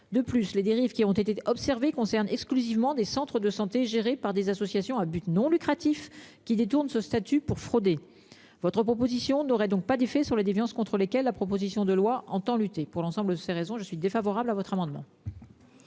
de plus les dérives qui ont été observées concernent exclusivement des centres de santé, géré par des associations à but non lucratif qui détourne ce statut pour frauder votre proposition n'aurait donc pas d'effet sur les déviances contre lesquels la proposition de loi entend lutter pour l'ensemble de ces raisons je suis défavorable à votre amendement.